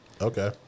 Okay